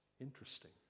Interesting